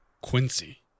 Quincy